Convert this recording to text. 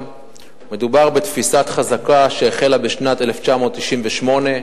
מדובר בתפיסת חזקה שהחלה בשנת 1998,